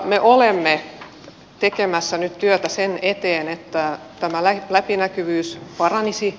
me olemme tekemässä nyt työtä sen eteen että tämä läpinäkyvyys paranisi